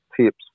tips